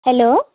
hello